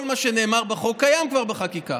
כל מה שנאמר בחוק קיים כבר בחקיקה,